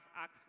ask